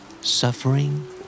Suffering